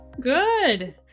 Good